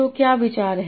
तो क्या विचार है